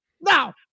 Now